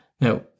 Now